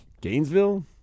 Gainesville